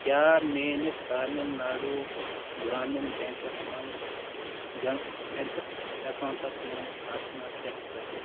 کیٛاہ میٛٲنِس تامِل ناڈوٗ گرٛامیٖن بیٚنٛکَس منٛز گیٚو بیٚنٛکَس ایٚکاونٛٹَس منٛز آسہِ نا ترٛےٚ ہَتھ رۄپیہِ